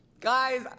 Guys